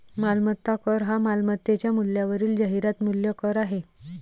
मालमत्ता कर हा मालमत्तेच्या मूल्यावरील जाहिरात मूल्य कर आहे